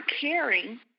caring